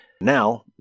Now